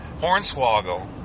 hornswoggle